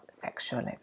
sexually